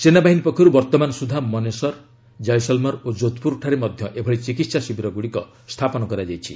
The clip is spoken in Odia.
ସେନାବାହିନୀ ପକ୍ଷରୁ ବର୍ତ୍ତମାନ ସୁଦ୍ଧା ମନେସର ଜଇସଲମର ଓ ଜୋଧପୁରଠାରେ ମଧ୍ୟ ଏଭଳି ଚିକିତ୍ସା ଶିବିରଗୁଡ଼ିକ ସ୍ଥାପନ କରାଯାଇଛି